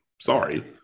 sorry